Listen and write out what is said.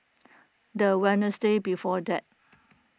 the Wednesday before that